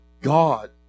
God